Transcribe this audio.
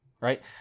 right